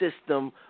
system